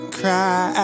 cry